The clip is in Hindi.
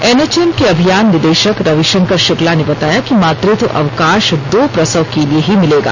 एन एच एम के अभियान निदेशक रवि शंकर शुक्ला ने बताया कि मातुत्व अवकाश दो प्रसव के लिए ही मिलेगा